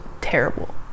terrible